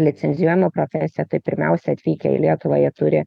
licenzijuojama profesija tai pirmiausia atvykę į lietuvą jie turi